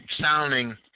sounding